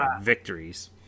victories